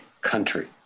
country